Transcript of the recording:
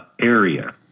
area